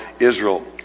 Israel